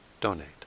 donate